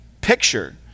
picture